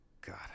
god